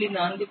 4X 7